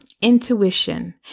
intuition